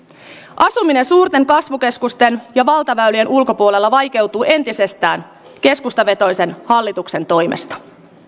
asuminen suurten kasvukeskusten ja valtaväylien ulkopuolella vaikeutuu entisestään keskustavetoisen hallituksen toimesta